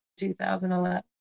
2011